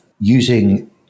using